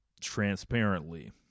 transparently